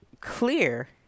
clear